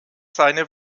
seine